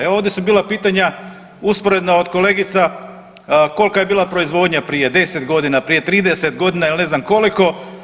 Evo ovdje su bila pitanja usporedna od kolegica kolika je bila proizvodnja prije 10 godina, prije 30 godina ili ne znam koliko.